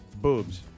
Boobs